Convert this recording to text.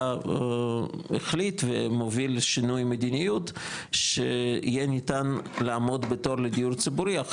החליט ומוביל שינוי מדיניות שיהיה ניתן לעמוד בתור לדיור ציבורי,